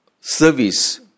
service